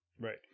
Right